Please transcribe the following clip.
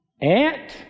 Aunt